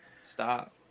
Stop